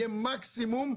יהיה מקסימום,